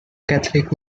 catholic